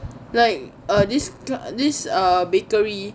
like ah this this bakery